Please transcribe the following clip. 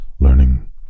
Learning